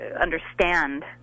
understand